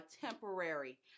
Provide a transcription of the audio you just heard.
temporary